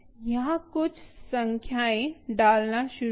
यहाँ कुछ संख्याएँ डालना शुरू करें